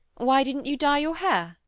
why didn't you dye your hair?